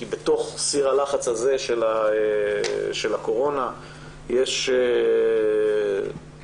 כי בתוך סיר הלחץ הזה של הקורונה יש